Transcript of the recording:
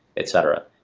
etc.